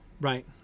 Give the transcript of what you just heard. right